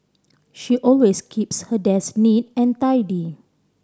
she always keeps her desk neat and tidy